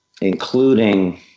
including